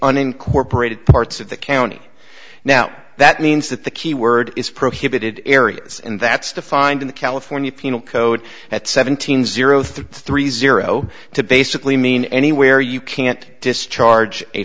unincorporated parts of the county now that means that the keyword is prohibited areas and that's defined in the california penal code at seventeen zero three three zero to basically mean anywhere you can't discharge a